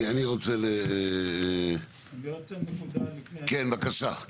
כן, בבקשה.